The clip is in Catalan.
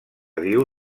diu